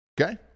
Okay